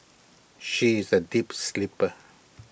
she is A deep sleeper